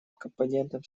компонентом